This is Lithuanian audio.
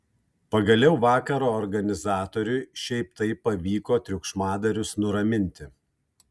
pagaliau vakaro organizatoriui šiaip taip pavyko triukšmadarius nuraminti